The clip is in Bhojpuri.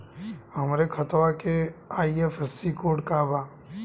हमरे खतवा के आई.एफ.एस.सी कोड का बा?